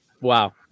wow